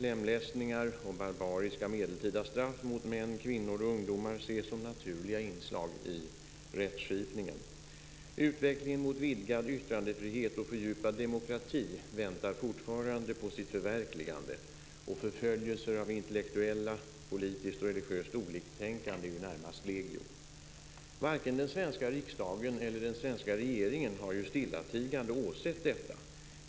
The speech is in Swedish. Lemlästningar och barbariska medeltida straff mot män, kvinnor och ungdomar ses som naturliga inslag i rättskipningen. Utvecklingen mot vidgad yttrandefrihet och fördjupad demokrati väntar fortfarande på sitt förverkligande. Förföljelserna av intellektuella och politiskt och religiöst oliktänkande är legio. Varken den svenska riksdagen eller den svenska regeringen har stillatigande åsett detta.